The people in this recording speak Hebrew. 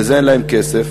לזה אין להם כסף,